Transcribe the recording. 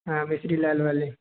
हाँ मिस्री लाल वाले